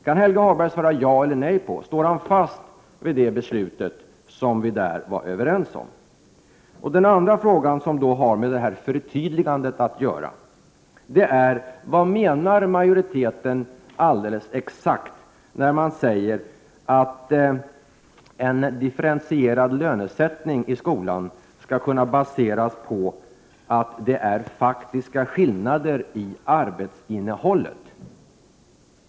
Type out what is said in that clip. Kan Helge Hagberg svara ja eller nej på om han står fast vid det beslut som vi där var överens om? Den andra frågan som har med förtydligandet att göra är: Vad menar majoriteten alldeles exakt, när den säger att en differentierad lönesättning i skolan skall kunna baseras på att det är faktiska skillnader i arbetsinnehållet?